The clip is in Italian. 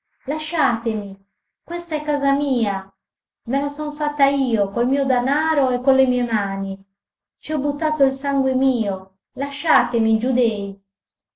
lasciatemi questa è casa mia me la son fatta io col mio danaro e con le mie mani ci ho buttato il sangue mio lasciatemi giudei